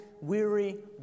weary